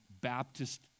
Baptist